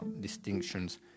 distinctions